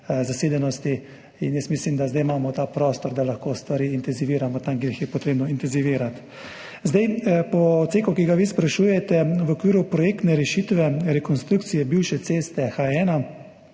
zasedenosti. Mislim, da imamo zdaj ta prostor, da lahko stvari intenziviramo tam, kjer jih je potrebno intenzivirati. Na odseku, o katerem vi sprašujete v okviru projektne rešitve rekonstrukcije bivše ceste H1,